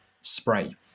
spray